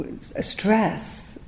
stress